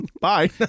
bye